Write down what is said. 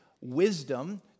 wisdom